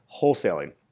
wholesaling